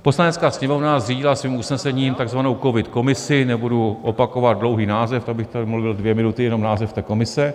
Poslanecká sněmovna zřídila svým usnesením tzv. COVID komisi, nebudu opakovat dlouhý název, to bych tady mluvil dvě minuty jenom název té komise.